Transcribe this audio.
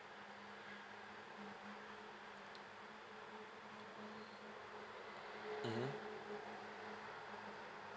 mmhmm